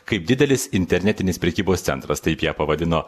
kaip didelis internetinis prekybos centras taip ją pavadino